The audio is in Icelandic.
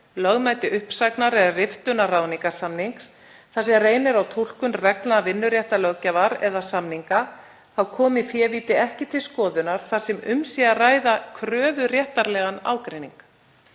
lögmæti uppsagnar eða riftun ráðningarsamnings þar sem reynir á túlkun reglna, vinnuréttarlöggjafar eða samninga, þá komi févíti ekki til skoðunar þar sem um sé að ræða kröfuréttarlegan ágreining.